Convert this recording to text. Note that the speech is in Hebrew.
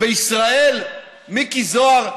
בישראל מיקי זוהר?